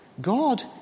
God